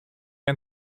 ein